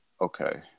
okay